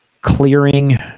clearing